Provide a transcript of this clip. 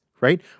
right